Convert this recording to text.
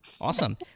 Awesome